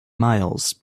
miles